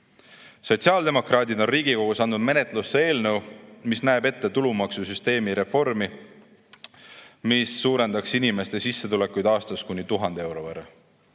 Sotsiaaldemokraadid on Riigikogus andnud menetlusse eelnõu, mis näeb ette tulumaksusüsteemi reformi, mille tulemusena suureneks inimeste sissetulekud aastas kuni 1000 euro võrra.